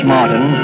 Martin